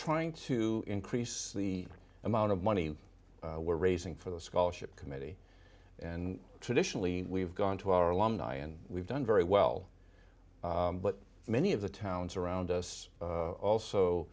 trying to increase the amount of money we're raising for the scholarship committee and traditionally we've gone to our alumni and we've done very well but many of the towns around us